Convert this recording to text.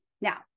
Now